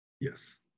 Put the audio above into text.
yes